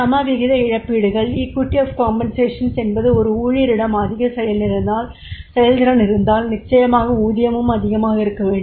சமவிகித இழப்பீடுகள் என்பது ஒரு ஊழியரிடம் அதிக செயல்திறன் இருந்தால் நிச்சயமாக ஊதியமும் அதிகமாக இருக்க வேண்டும்